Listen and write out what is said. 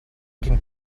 can